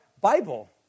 Bible